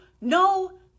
no